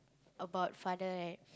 about father right